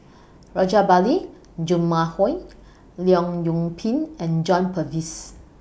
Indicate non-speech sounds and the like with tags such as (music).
(noise) Rajabali Jumabhoy Leong Yoon Pin and John Purvis